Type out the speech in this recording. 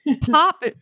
pop